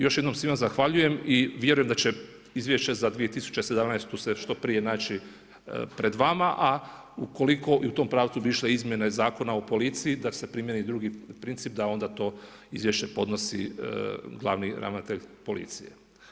Još jednom svima zahvaljujem i vjerujem da će izvješće za 2017. se što prije naći pred vama, a ukoliko i u tom pravcu bi išle izmjene Zakona o policiji da se primijeni drugi princip da onda to izvješće podnosi glavni ravnatelj policije.